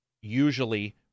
usually